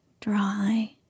dry